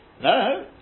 No